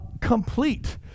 complete